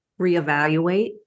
reevaluate